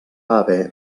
haver